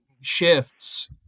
shifts